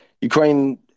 Ukraine